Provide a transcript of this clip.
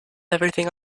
everything